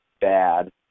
bad